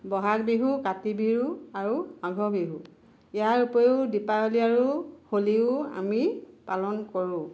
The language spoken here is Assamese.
বহাগ বিহু কাতি বিহু আৰু মাঘ বিহু ইয়াৰোপৰিও দীপাৱলী আৰু হোলীও আমি পালন কৰোঁ